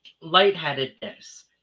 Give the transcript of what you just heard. lightheadedness